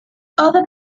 other